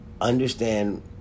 understand